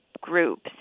groups